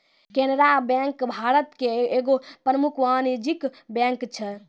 Canara bank Bharat के एगो प्रमुख वाणिज्यिक बैंक छै